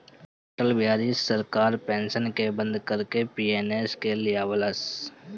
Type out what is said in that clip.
अटल बिहारी के सरकार पेंशन के बंद करके एन.पी.एस के लिअवलस